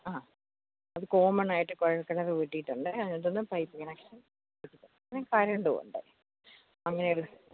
ആ അത് കോമണായിട്ട് കുഴൽ കിണർ കുത്തിയിട്ടുണ്ട് അതിനകത്തു നിന്ന് പൈപ്പ് ഇങ്ങനെ പിന്നെ കറണ്ടുമുണ്ട് അങ്ങനൊരു